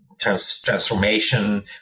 transformation